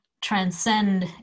transcend